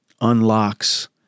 unlocks